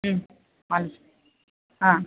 ಹ್ಞೂ ಆಯ್ತು ಹಾಂ